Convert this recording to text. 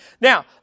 Now